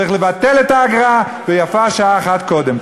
צריך לבטל את האגרה, ויפה שעה אחת קודם.